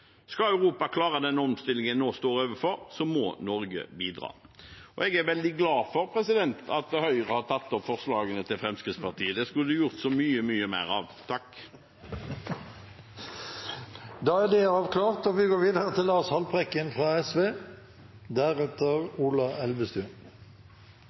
Skal Europa klare den omstillingen vi nå står overfor, må Norge bidra. Jeg er veldig glad for at Høyre har tatt opp forslagene til Fremskrittspartiet. Det skulle man gjort så mye, mye mer av! Da er det avklart! De omtalte forslagene fra Fremskrittspartiet og